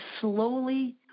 slowly